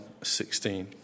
16